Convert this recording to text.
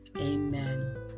Amen